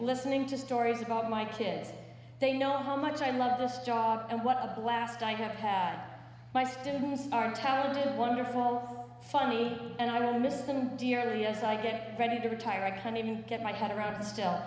listening to stories about my kids they know how much i love this job and what a blast i have had my students are intelligent wonderful funny and i will miss him dearly yes i get ready to retire i can't even get my head around still